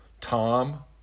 Tom